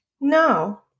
No